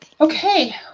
Okay